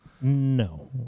no